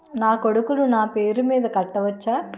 నా కొడుకులు నా పేరి మీద కట్ట వచ్చా?